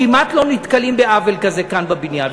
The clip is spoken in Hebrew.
כמעט לא נתקלים בעוול כזה כאן בבניין,